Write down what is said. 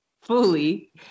fully